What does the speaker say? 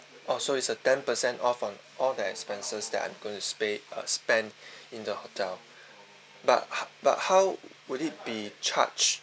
oh so is a ten percent off on all the expenses that I'm going to spa~ uh spend in the hotel but but how will it be charged